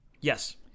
Yes